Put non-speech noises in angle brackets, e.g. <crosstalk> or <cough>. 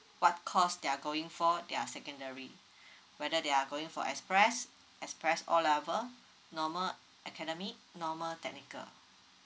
what course they are going for their secondary <breath> whether they are going for express express O level normal academic normal technical